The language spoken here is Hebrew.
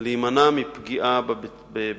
להימנע מפגיעה בבית-הספר.